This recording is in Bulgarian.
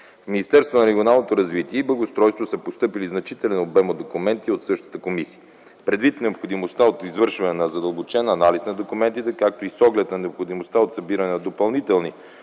и благоустройството са постъпили значителен обем от документи от същата комисия. Предвид на необходимостта от извършване на задълбочен анализ на документите, както и с оглед на необходимостта от събиране на допълнителни